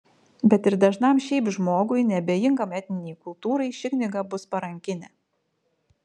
bet ir dažnam šiaip žmogui neabejingam etninei kultūrai ši knyga bus parankinė